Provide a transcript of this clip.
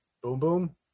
Boom-boom